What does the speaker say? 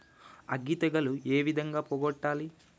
అగ్గి తెగులు ఏ విధంగా పోగొట్టాలి?